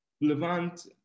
Levant